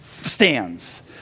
stands